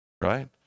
right